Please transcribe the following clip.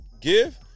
give